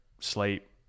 sleep